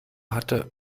hatte